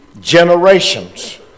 generations